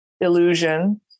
illusion